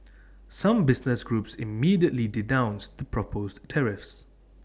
some business groups immediately denounced the proposed tariffs